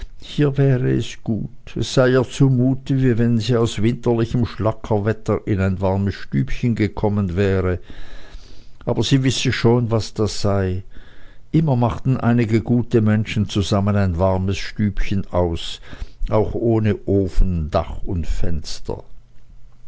hier wäre es gut es sei ihr zu mut wie wenn sie aus winterlichem schlackerwetter in ein warmes stübchen gekommen wäre aber sie wisse schon was das sei immer machten einige gute menschen zusammen ein warmes stübchen aus auch ohne ofen dach und fenster